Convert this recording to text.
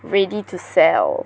ready to sell